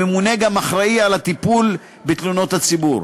הממונה גם אחראי לטיפול בתלונות הציבור.